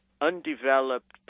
undeveloped